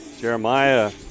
Jeremiah